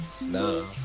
no